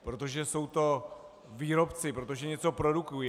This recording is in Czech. Protože jsou to výrobci, protože něco produkují.